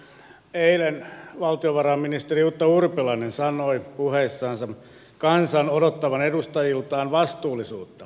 eilen valtiovarainministeri jutta urpilainen sanoi puheissansa kansan odottavan edustajiltaan vastuullisuutta